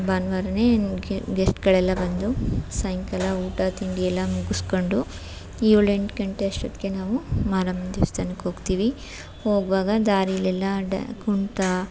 ಭಾನ್ವಾರವೇ ನಮಗೆ ಗೆಸ್ಟ್ಗಳೆಲ್ಲ ಬಂದು ಸಾಯಂಕಾಲ ಊಟ ತಿಂಡಿ ಎಲ್ಲ ಮುಗಿಸ್ಕೊಂಡು ಏಳು ಎಂಟು ಗಂಟೆ ಅಷ್ಟೊತ್ತಿಗೆ ನಾವು ಮಾರಮ್ಮನ ದೇವ್ಸ್ಥಾನಕ್ಕೆ ಹೋಗ್ತಿವಿ ಹೋಗುವಾಗ ದಾರಿಲೆಲ್ಲ ಅಡ್ಡ ಕುಣಿತ